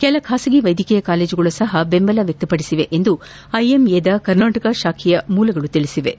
ಕೆಲ ಖಾಸಗಿ ವೈದ್ಯಕೀಯ ಕಾಲೇಜುಗಳು ಸಹ ಬೆಂಬಲ ವ್ಯಕ್ತಪಡಿಸಿವೆ ಎಂದು ಐಎಂಎದ ಕರ್ನಾಟಕ ಶಾಖೆ ಮೂಲಗಳು ತಿಳಿಸಿವೆ